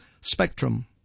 spectrum